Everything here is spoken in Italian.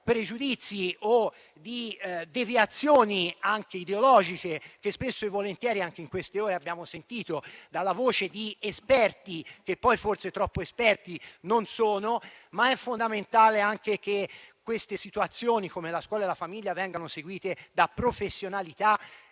pregiudizi o di deviazioni, anche ideologiche, che spesso e volentieri, anche in queste ore, abbiamo sentito dalla voce di esperti, che poi forse troppo esperti non sono, è fondamentale che queste realtà, come la scuola e la famiglia, vengano seguite da professionalità